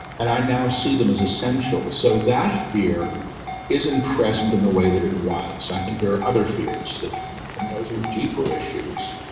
and i now see them as essential so that fear isn't present in the way that it was. i think there are other fears that come up and those are deeper issues,